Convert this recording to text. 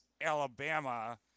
Alabama